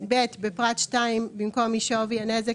5 באוגוסט 2022, שפורסם מכוח חוק התגוננות אזרחית,